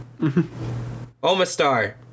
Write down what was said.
Omastar